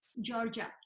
georgia